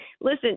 Listen